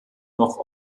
noch